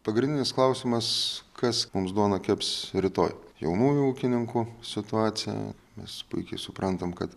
pagrindinis klausimas kas mums duoną keps rytoj jaunųjų ūkininkų situaciją mes puikiai suprantam kad